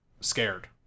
scared